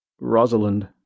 Rosalind